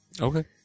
Okay